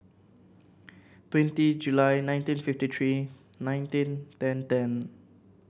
twenty July nineteen fifty three nineteen ten ten